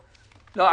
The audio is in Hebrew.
לא.